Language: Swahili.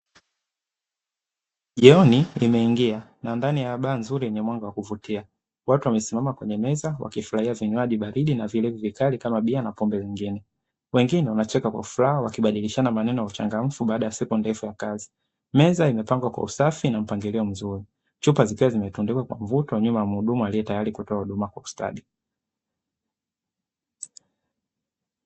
Jioni imeingia na ndani ya baa nzuri yenye mwanga wa kuvutia, watu wamesimama kwenye meza, wakifurahia vinywaji baridi na vilivyo vikali kama bia na pombe zingine, wengine wanacheka kwa furaha wakibadilishana maneno ya uchangamfu baada ya siku ndefu ya kazi. Meza imepangwa kwa usafi na mpangilio mzuri chupa zikiwa zimetundikwa kwa mvuke wa nyuma ya muhudumu aliyetayri kutoa huduma kwa ustadi.